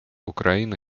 украина